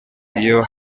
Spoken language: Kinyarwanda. iyo